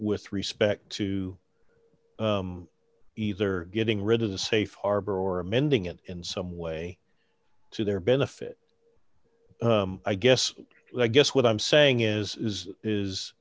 with respect to either getting rid of the safe harbor or amending it in some way to their benefit i guess i guess what i'm saying is is